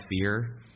fear